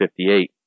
1958